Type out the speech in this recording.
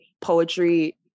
poetry